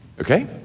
Okay